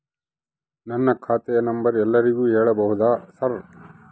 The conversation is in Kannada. ನನ್ನ ಖಾತೆಯ ನಂಬರ್ ಎಲ್ಲರಿಗೂ ಹೇಳಬಹುದಾ ಸರ್?